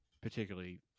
particularly